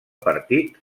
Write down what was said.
partit